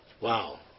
Wow